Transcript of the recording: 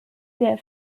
der